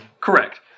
Correct